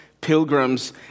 Pilgrims